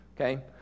Okay